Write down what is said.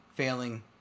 Failing